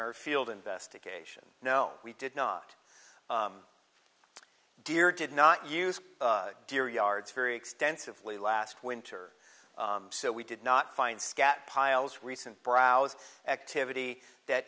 nerf field investigation no we did not deer did not use deer yards very extensively last winter so we did not find scat piles recent browse activity that